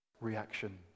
reaction